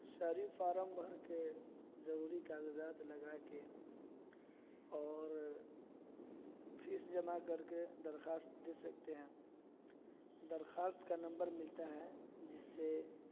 شہری فارم بھر کے ضروری کاغذات لگا کے اور فیس جمع کر کے درخواست دے سکتے ہیں درخواست کا نمبر ملتا ہے جس سے